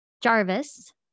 Jarvis